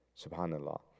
subhanallah